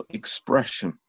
expression